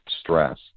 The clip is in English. stress